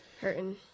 Hurting